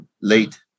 late